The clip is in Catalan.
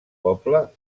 poble